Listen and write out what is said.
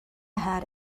had